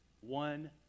one